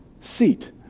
seat